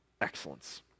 Excellence